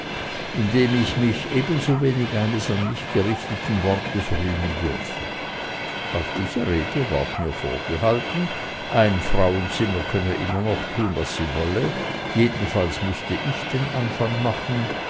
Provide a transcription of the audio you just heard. indem ich mich ebensowenig eines an mich gerichteten wortes rühmen dürfe auf diese rede ward mir vorgehalten ein frauenzimmer könne immer noch tun was sie wolle jedenfalls müßte ich den anfang machen